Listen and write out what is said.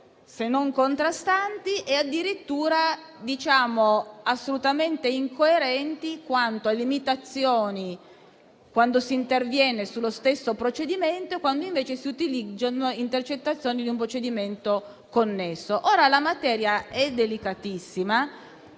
se non contrastanti, e assolutamente incoerenti quanto a limitazioni, quando si interviene sullo stesso procedimento e quando invece si utilizzano intercettazioni di un procedimento connesso. La materia è delicatissima.